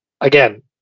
again